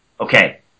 Okay